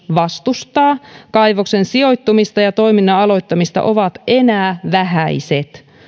vastustaa kaivoksen sijoittumista ja toiminnan aloittamista ovat enää vähäiset